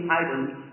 items